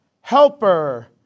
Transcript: helper